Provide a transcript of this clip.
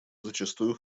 зачастую